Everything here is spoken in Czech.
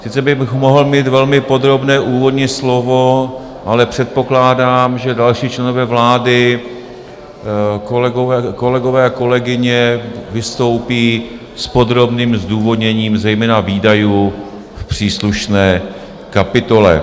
Sice bych mohl mít velmi podrobné úvodní slovo, ale předpokládám, že další členové vlády, kolegové a kolegyně vystoupí s podrobným zdůvodněním zejména výdajů v příslušné kapitole.